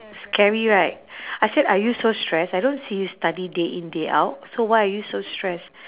scary right I said are you so stressed I don't see you study day in day out so why are you so stressed